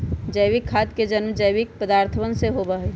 जैविक खाद के जन्म जैविक पदार्थवन से होबा हई